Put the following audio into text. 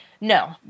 No